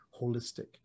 holistic